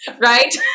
Right